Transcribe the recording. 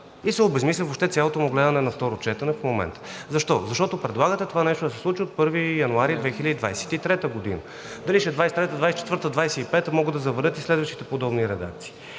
и се обезсмисля въобще цялото му гледане на второ четене в момента. Защо? Защото предлагате това нещо да се случи от 1 януари 2023 г. Дали ще е 2023-а, 2024-а, 2025 г., могат да завалят и следващите подобни редакции.